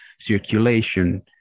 circulation